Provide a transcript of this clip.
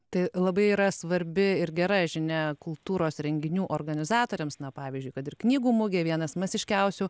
tai labai yra svarbi ir gera žinia kultūros renginių organizatoriams na pavyzdžiui kad ir knygų mugė vienas masiškiausių